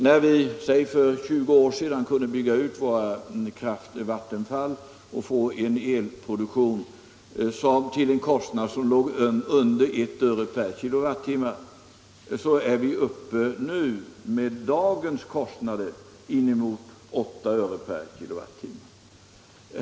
För låt oss säga 20 år sedan kunde vi bygga ut våra vattenfall och få en elproduktion till en kostnad som låg under 1 öre per kilowattimme, men med dagens kostnader är vi uppe i inemot 8 öre per kilowattimme.